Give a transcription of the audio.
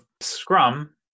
Scrum